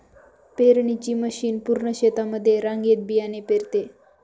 पेरणीची मशीन पूर्ण शेतामध्ये रांगेत बियाणे पेरते